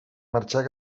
marxar